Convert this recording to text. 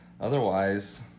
Otherwise